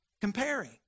Comparing